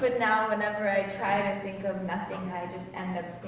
but now, whenever i try to think of nothing, i just end up